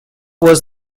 was